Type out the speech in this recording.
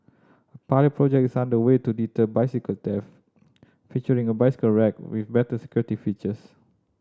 pilot project is under way to deter bicycle theft featuring a bicycle rack with better security features